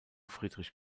friedrich